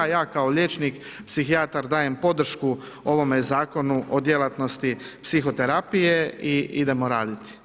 Ja kao liječnik psihijatar dajem podršku ovome Zakonu o djelatnosti psihoterapije i idemo raditi.